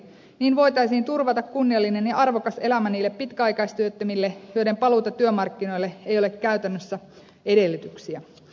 niin voitaisiin turvata kunniallinen ja arvokas elämä niille pitkäaikaistyöttömille joiden paluulle työmarkkinoille ei ole käytännössä edellytyksiä